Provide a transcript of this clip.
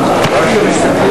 חינם.